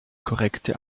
korrekte